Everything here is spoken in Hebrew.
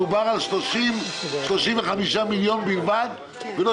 מדובר על 30 35 מיליון שקל בלבד ולא